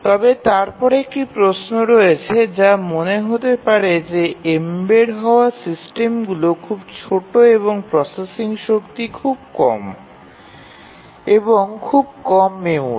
তবে তারপরে একটি প্রশ্ন রয়েছে যা মনে হতে পারে যে এম্বেড হওয়া সিস্টেমগুলি খুব ছোট এবং প্রসেসিং শক্তি খুব কম এবং খুব কম মেমোরি